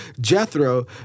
Jethro